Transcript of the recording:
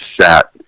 sat